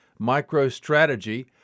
MicroStrategy